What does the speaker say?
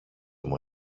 μου